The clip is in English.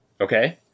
Okay